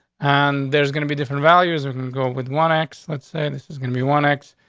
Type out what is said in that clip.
and there's gonna be different values. they're gonna go with one x. let's say this is gonna be one x,